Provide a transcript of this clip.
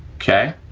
okay?